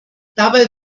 dabei